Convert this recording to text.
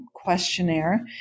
questionnaire